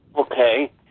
Okay